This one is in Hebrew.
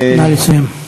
נא לסיים.